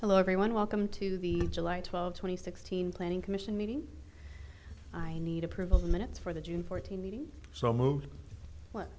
hello everyone welcome to the july twelve twenty sixteen planning commission meeting i need approval minutes for the june fourteenth meeting so